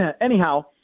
Anyhow